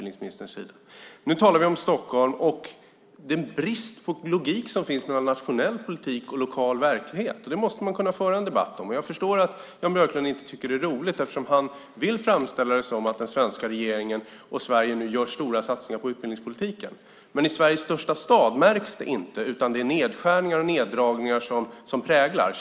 Nu talar vi om Stockholm och den brist på logik som finns mellan nationell politik och lokal verklighet. Det måste man kunna föra en debatt om. Jag förstår att Jan Björklund inte tycker att det är roligt eftersom han vill framställa det som att den svenska regeringen och Sverige nu gör stora satsningar på utbildningspolitiken. Men i Sveriges största stad märks det inte, utan det är nedskärningar och neddragningar som präglar.